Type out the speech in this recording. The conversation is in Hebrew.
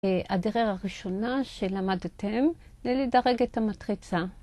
הדרר הראשונה שלמדתם, זה לדרג את המטריצה.